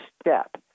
step